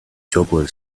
теплые